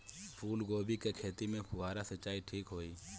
फूल गोभी के खेती में फुहारा सिंचाई ठीक होई?